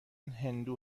هندو